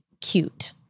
cute